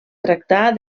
tractar